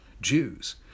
Jews